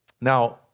Now